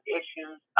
issues